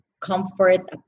comfort